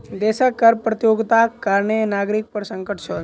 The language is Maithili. देशक कर प्रतियोगिताक कारणें नागरिक पर संकट छल